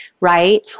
right